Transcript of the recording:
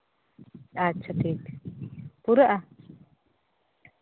ᱟᱪᱪᱷᱟ ᱴᱷᱤᱠ ᱴᱷᱤᱠ ᱯᱩᱨᱟᱹᱜᱼᱟ